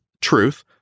truth